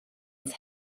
its